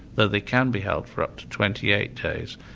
though they can be held for up to twenty eight days.